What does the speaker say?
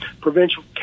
provincial